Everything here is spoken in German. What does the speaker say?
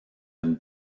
ein